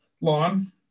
lawn